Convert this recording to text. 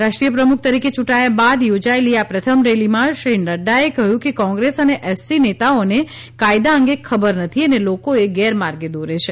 રાષ્રીયાય પ્રમુખ તરીકે ચૂંટાયા બાદ યોજાયેલી આ પ્રથમ રેલીમાં શ્રી નઙાચે કહ્યું કે કોંગ્રેસ અને ડડ નેતાઓને કાયદા અંગે ખબર નથી અને લોકોએ ગેરમાર્ગે દોરે છે